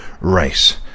race